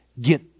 get